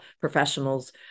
professionals